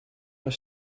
mijn